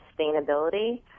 sustainability